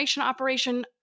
operation